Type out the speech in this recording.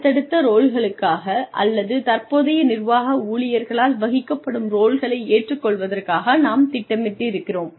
அடுத்தடுத்து ரோலுக்காக அல்லது தற்போதைய நிர்வாக ஊழியர்களால் வகிக்கப்படும் ரோல்களை ஏற்றுக் கொள்வதற்காக நாம் திட்டமிட்டிருக்கிறோம்